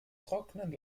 trocknen